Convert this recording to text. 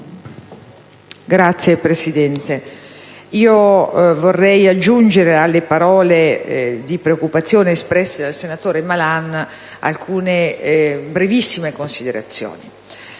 Signora Presidente, vorrei aggiungere alle parole di preoccupazione espresse dal senatore Malan alcune brevissime considerazioni.